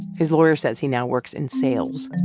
his lawyer says he now works in sales. and